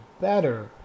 better